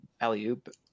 alley-oop